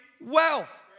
wealth